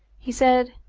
he said,